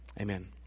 Amen